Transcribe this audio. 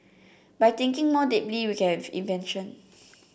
by thinking more deeply we can have invention